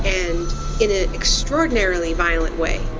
and in an extraordinarily violent way.